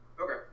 Okay